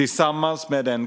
I cocktailen